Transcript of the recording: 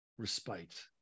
respite